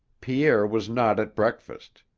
pierre was not at breakfast,